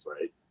Right